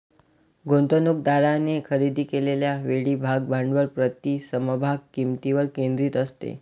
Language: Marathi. गुंतवणूकदारांनी खरेदी केलेल्या वेळी भाग भांडवल प्रति समभाग किंमतीवर केंद्रित असते